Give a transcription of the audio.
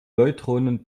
neutronen